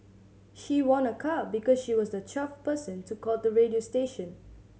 she won a car because she was the twelfth person to call the radio station